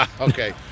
Okay